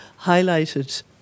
highlighted